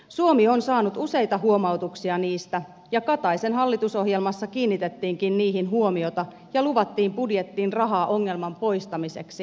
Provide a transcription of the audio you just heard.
suomi on saanut useita huomautuksia niistä ja kataisen hallitusohjelmassa kiinnitettiinkin niihin huomiota ja luvattiin budjettiin rahaa ongelman poistamiseksi